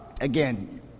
Again